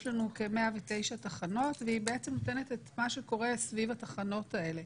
יש לנו כ-109 תחנות והיא נותנת את מה שקורה סביב התחנות האלה,